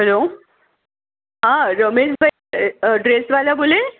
hello હા રમેશભાઈ ડ્રેસવાલા બોલે